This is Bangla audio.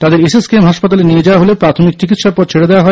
তাদের এস এস কে এম হাসপাতালে নিয়ে যাওয়া হলে প্রাথমিক চিকিৎসার পর ছেড়ে দেওয়া হয়